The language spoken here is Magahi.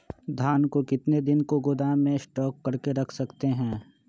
धान को कितने दिन को गोदाम में स्टॉक करके रख सकते हैँ?